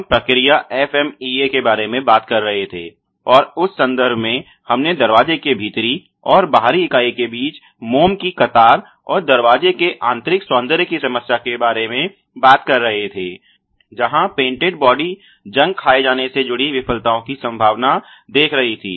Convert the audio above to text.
हम प्रक्रिया FMEA के बारे में बात कर रहे थे और उस संदर्भ में हमने दरवाजे के भीतरी और बाहरी इकाई के बीच मोम की कतार और दरवाजे के आंतरिक सौन्दर्य की समस्या के बारे बात कर रहे थे जहाँ पेंटेड बॉडी जंग खाए जाने से जुड़ी विफलताओं की संभावना देख रहे थे